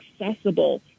accessible